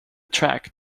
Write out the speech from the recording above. track